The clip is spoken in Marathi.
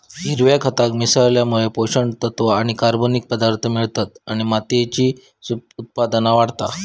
हिरव्या खताक मिसळल्यामुळे पोषक तत्त्व आणि कर्बनिक पदार्थांक मिळतत आणि मातीची उत्पादनता वाढता